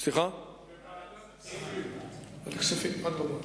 כספים, אדרבה.